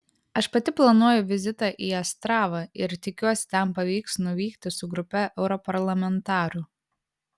aš pati planuoju vizitą į astravą ir tikiuosi ten pavyks nuvykti su grupe europarlamentarų